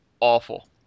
awful